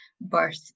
birth